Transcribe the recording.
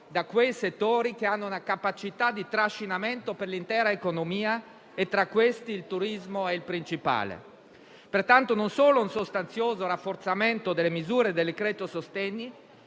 da quei settori che hanno una capacità di trascinamento per l'intera economia e, tra questi, il turismo è il principale. Pertanto occorre non solo un sostanzioso rafforzamento delle misure del decreto sostegni,